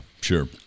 sure